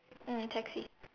mm taxi